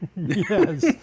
yes